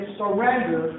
surrender